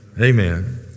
Amen